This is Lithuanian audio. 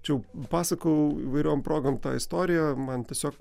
čia jau pasakojau įvairiom progom tą istoriją man tiesiog